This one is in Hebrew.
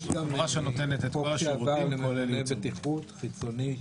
יש גם חוק שעבר לממונה בטיחות חיצוני,